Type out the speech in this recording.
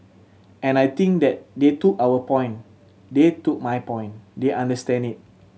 and I think that they took our point they took my point they understand it